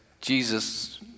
Jesus